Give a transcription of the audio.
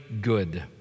good